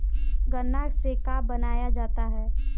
गान्ना से का बनाया जाता है?